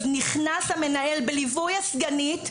אז נכנס המנהל בליווי הסגנית,